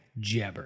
Jebber